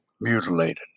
mutilated